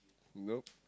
nope